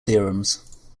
theorems